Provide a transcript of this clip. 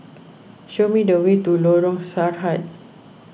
show me the way to Lorong Sarhad